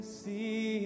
see